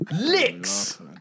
Licks